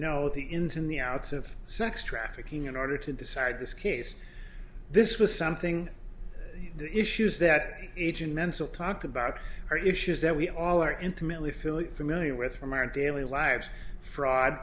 know the ins in the outs of sex trafficking in order to decide this case this was something the issues that age and mental talked about are issues that we all are intimately philip familiar with from our daily lives fraud